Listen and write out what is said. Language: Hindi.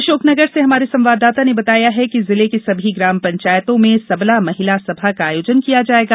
अशोकनगर से हमारे संवाददाता ने बताया है कि जिले की सभी ग्राम पंचायतों में सबला महिला सभा का आयोजन किया जायेगा